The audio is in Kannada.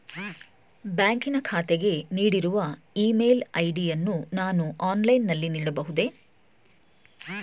ಬ್ಯಾಂಕಿನ ಖಾತೆಗೆ ನೀಡಿರುವ ಇ ಮೇಲ್ ಐ.ಡಿ ಯನ್ನು ನಾನು ಆನ್ಲೈನ್ ನಲ್ಲಿ ನೀಡಬಹುದೇ?